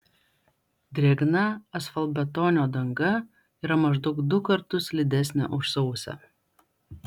drėgna asfaltbetonio danga yra maždaug du kartus slidesnė už sausą